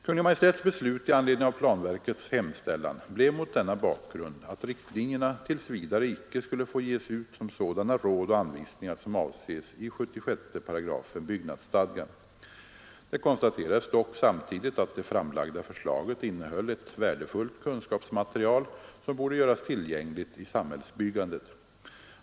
Kungl. Maj:ts beslut i anledning av planverkets hemställan blev mot denna bakgrund att riktlinjerna tills vidare icke skulle få ges ut som sådana råd och anvisningar som avses i 76 § byggnadsstadgan. Det konstaterades dock samtidigt att det framlagda förslaget innehöll ett värdefullt kunskapsmaterial som borde göras tillgängligt i samhällsbyggandet.